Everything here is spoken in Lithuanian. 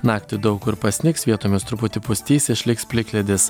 naktį daug kur pasnigs vietomis truputį pustys išliks plikledis